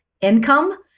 income